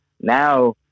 Now